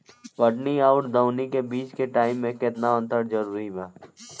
कटनी आउर दऊनी के बीच के टाइम मे केतना अंतर जरूरी बा?